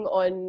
on